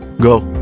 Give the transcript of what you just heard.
go!